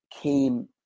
came